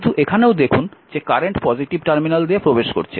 কিন্তু এখানেও দেখুন যে কারেন্ট পজিটিভ টার্মিনাল দিয়ে প্রবেশ করছে